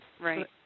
Right